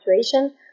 situation